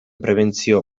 prebentzio